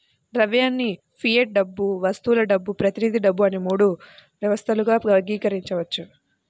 ద్రవ్యాన్ని ఫియట్ డబ్బు, వస్తువుల డబ్బు, ప్రతినిధి డబ్బు అని మూడు వ్యవస్థలుగా వర్గీకరించవచ్చు